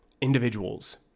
individuals